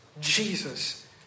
Jesus